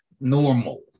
normal